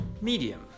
Medium